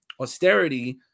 austerity